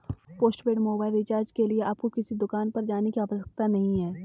postpaid mobile recharge के लिए आपको किसी दुकान पर जाने की आवश्यकता नहीं है